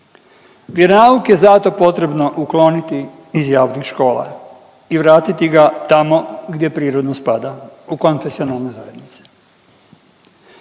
Vjeronauk je zato potrebno ukloniti iz javnih škola i vratiti ga tamo gdje prirodno spada, u konfesionalne zajednice.